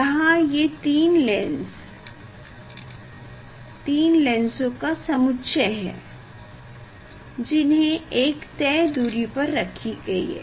यहाँ ये तीन लेंस तीन लेंसों का समुच्चय है जिन्हे एक तय दूरी पर रखी गयी है